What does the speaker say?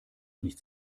nichts